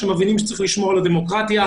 שמבינים שצריכים לשמור על הדמוקרטיה.